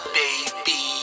baby